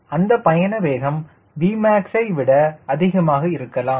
அந்த பயண வேகம் Vmax ஐ விட அதிகமாக இருக்கலாம்